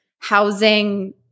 housing